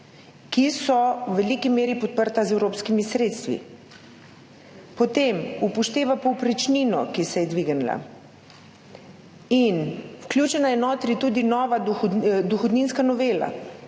ki so v veliki meri podprte z evropskimi sredstvi. Potem upošteva povprečnino, ki se je dvignila. Vključena je tudi nova dohodninska novela.